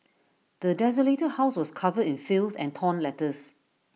the desolated house was covered in filth and torn letters